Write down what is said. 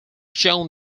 shown